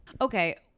Okay